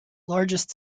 largest